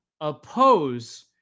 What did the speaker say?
oppose